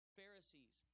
Pharisees